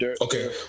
Okay